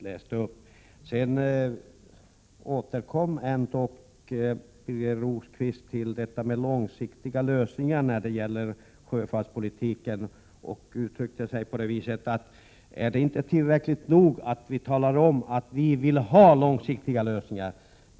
Birger Rosqvist återkom ändock till detta med långsiktiga lösningar när det gäller sjöfartspolitiken och undrade om det inte är tillräckligt att vi talar om, att vi vill ha långsiktiga lösningar.